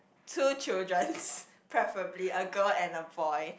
two children preferably a girl and a boy